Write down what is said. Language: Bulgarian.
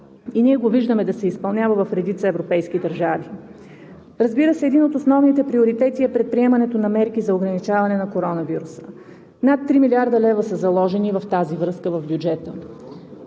и ние го виждаме да се изпълнява в редица европейски държави. Разбира се, един от основните приоритети е предприемането на мерки за ограничаване на коронавируса. Над 3 млрд. лв. са заложени в тази връзка в бюджета.